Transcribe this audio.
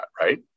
right